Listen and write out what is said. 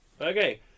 okay